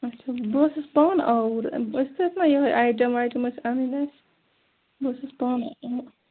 اَچھا بہٕ ٲسٕس پانہٕ آوُر أسۍ تہِ ٲسۍ نا یِہَے آیٹَم ٲسۍ اَنٕنۍ اَسہِ بہٕ ٲسٕس پانہٕ